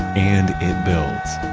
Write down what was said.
and it builds